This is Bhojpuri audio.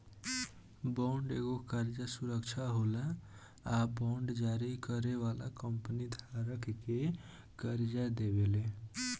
बॉन्ड एगो कर्जा सुरक्षा होला आ बांड जारी करे वाली कंपनी धारक के कर्जा देवेले